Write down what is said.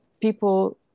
people